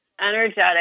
energetic